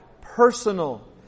personal